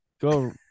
go